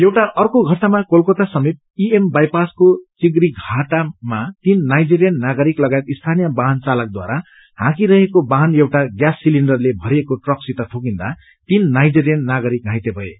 एउटा अर्को घटनामा कोलकता समीप ईएम बाई पासको चिगरीघाटामा तीन नाइजेरियन नागरिक लगायत स्थानीय वाहन चालकद्वारा हाँकिरहेको वाहन एउटा ग्यास सिलिण्डरले भरिएको ट्रकसित ठोकिन्दा तीन नाइजेरियन नागरिक घाइते भए